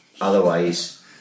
Otherwise